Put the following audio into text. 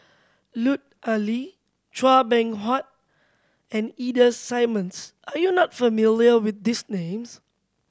Lut Ali Chua Beng Huat and Ida Simmons are you not familiar with these names